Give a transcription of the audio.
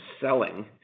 selling